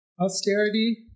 austerity